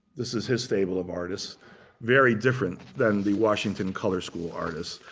this is his stable of artists very different than the washington color school artists.